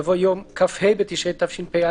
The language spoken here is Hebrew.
יבוא: יום כ"ה בתשרי תשפ"א,